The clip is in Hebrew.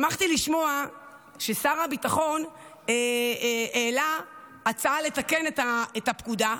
שמחתי לשמוע ששר הביטחון העלה הצעה לתקן את הפקודה.